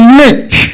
make